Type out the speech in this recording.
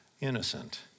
innocent